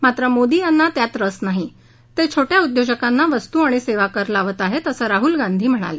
मात्र मोदी यांना त्यात रस नाही ते छोट्या उद्योजकांना वस्तू आणि सेवा कर लावत आहेत असं राहल गांधी म्हणाले